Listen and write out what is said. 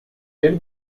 beri